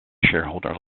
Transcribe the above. shareholder